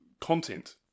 content